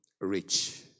rich